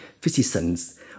physicians